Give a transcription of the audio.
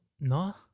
No